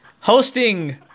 hosting